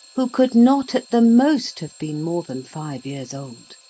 who could not at the most, have been more than five years old.